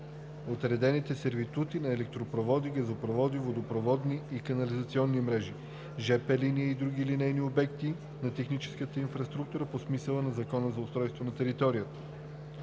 отредените сервитути на електропроводи, газопроводи, водопроводни и канализационни мрежи, жп линия и други линейни обекти на техническата инфраструктура по смисъла на Закона за устройство на територията;